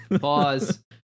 pause